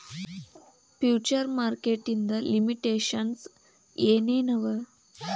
Future market ಇಂದ್ limitations ಏನ್ ಏನವ?